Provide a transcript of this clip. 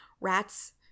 Rat's